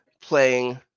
playing